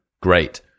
great